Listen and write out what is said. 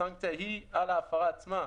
הסנקציה היא על ההפרה עצמה.